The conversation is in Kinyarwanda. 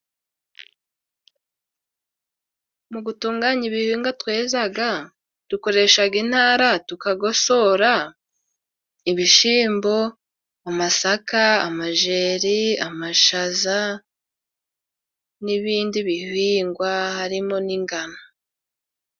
Mu gutunganya ibihingwa tweza dukoresha intara. Tukagosora ibishyimbo, amasaka, amajeri cyangwa amashaza n'ibindi bihingwa harimo n'ingano.